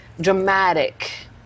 dramatic